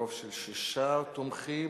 ברוב של שישה תומכים,